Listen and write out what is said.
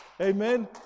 amen